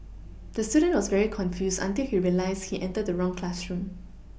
the student was very confused until he realised he entered the wrong classroom